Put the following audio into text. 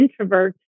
introverts